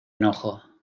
enojo